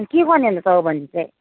के गर्ने अन्त चौबन्दी चाहिँ